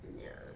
mm ya